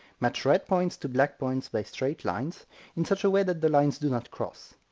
match red points to black points by straight lines in such a way that the lines do not cross.